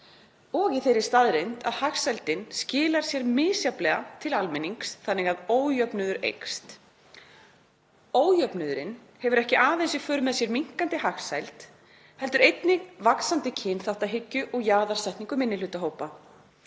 og í þeirri staðreynd að hagsældin skilar sér misjafnlega til almennings þannig að ójöfnuður eykst. Ójöfnuðurinn hefur ekki aðeins í för með sér minnkandi hagsæld heldur einnig vaxandi kynþáttahyggju og jaðarsetningu minnihlutahópa.